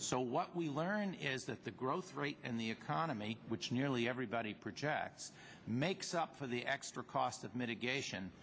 so what we learn is that the growth rate in the economy which nearly everybody projects makes up for the extra cost of mitigation